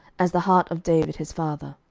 as the heart of david his father.